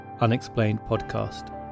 unexplainedpodcast